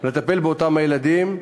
לטפל באותם הילדים,